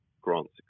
grants